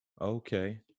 okay